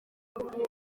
njye